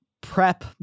prep